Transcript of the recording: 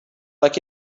like